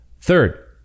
Third